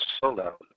solo